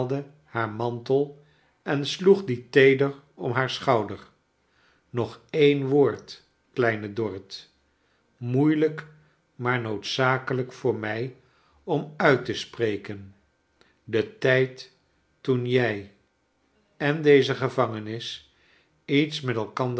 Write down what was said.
haar mantef en sloeg die teeder om haar schouders nog een woord kleine dorrit moeilijk maar noodzakejijk voor mij om uit te spreken de tijd toen jij en deze gevangenis iets met elkander